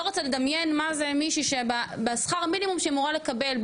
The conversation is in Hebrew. שאני לא רוצה לדמיין מה זה מישהי שבשכר המינימום שאמורה לקבל,